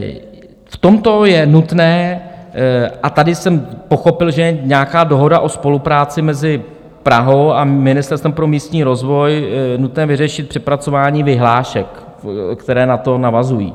V tomto je nutné a tady jsem pochopil, že je nějaká dohoda o spolupráci mezi Prahou a Ministerstvem pro místní rozvoj nutné vyřešit přepracování vyhlášek, které na to navazují.